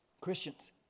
Christians